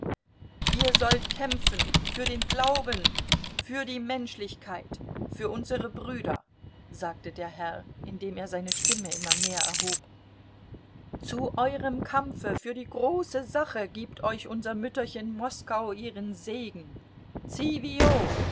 ihr sollt kämpfen für den glauben für die menschlichkeit für unsere brüder sagte der herr indem er seine stimme immer mehr erhob zu eurem kampfe für die große sache gibt euch unser mütterchen moskau ihren segen